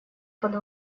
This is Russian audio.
под